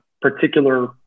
particular